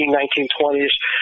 1920s